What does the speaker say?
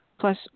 plus